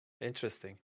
Interesting